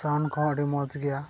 sound ᱠᱚᱦᱚᱸ ᱟᱹᱰᱤ ᱢᱚᱡᱽ ᱜᱮᱭᱟ